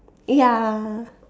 ya